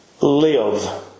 Live